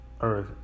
earth